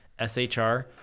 SHR